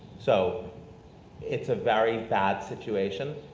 so it's a very bad situation,